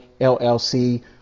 LLC